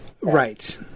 Right